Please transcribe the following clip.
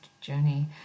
journey